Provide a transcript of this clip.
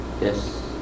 Yes